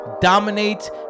dominate